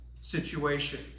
situation